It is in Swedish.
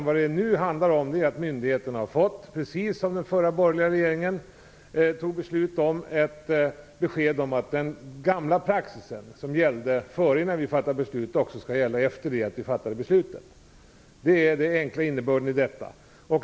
Vad det nu handlar om är att myndigheterna har fått ett besked om, precis som den förra borgerliga regeringen fattade beslut om, att den gamla praxisen som gällde innan vi fattade beslutet också skall gälla efter det att vi fattade beslutet. Det är den enkla innebörden i detta.